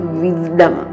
wisdom